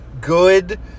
good